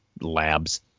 labs